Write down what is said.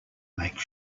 make